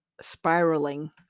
spiraling